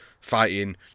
fighting